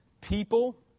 people